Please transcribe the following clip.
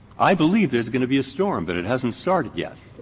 i believe there is going to be a storm, but it hasn't started yet.